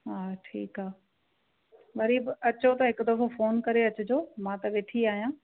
हा ठीकु आहे वरी बि अचो त हिकु दफ़ो फ़ोन करे अचिजो मां त वेठी आहियां